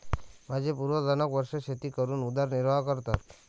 माझे पूर्वज अनेक वर्षे शेती करून उदरनिर्वाह करतात